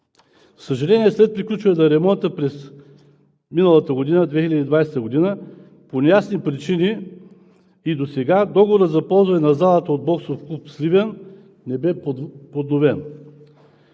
съжаление, след приключване на ремонта през миналата 2020 г., по неясни причини и досега, договорът за ползване на залата от „Боксов клуб Сливен“ не бе подновен.